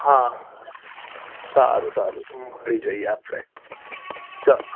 હા સારું સારું મળી જઈએ આપણે ચાલો